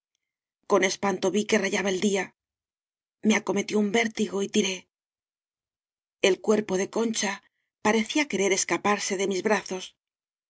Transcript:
con espanto vi que rayaba el día me acometió un vértigo y tiré el cuerpo de concha parecía querer escaparse de mis bra